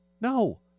No